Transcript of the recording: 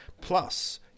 Plus